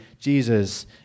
Jesus